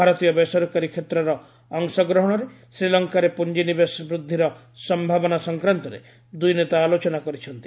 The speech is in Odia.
ଭାରତୀୟ ବେସରକାରୀ କ୍ଷେତ୍ରର ଅଂଶଗ୍ରହଣରେ ଶ୍ରୀଲଙ୍କାରେ ପୁଞ୍ଜିନିବେଶ ବୃଦ୍ଧିର ସମ୍ଭାବନା ସଂକ୍ରାନ୍ତରେ ଦୁଇ ନେତା ଆଲୋଚନା କରିଛନ୍ତି